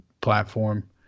platform